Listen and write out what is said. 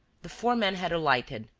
the four men had alighted.